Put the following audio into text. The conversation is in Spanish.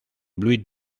blue